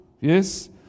yes